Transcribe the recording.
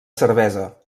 cervesa